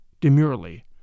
demurely